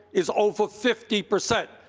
is over fifty percent.